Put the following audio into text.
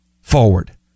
Forward